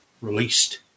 released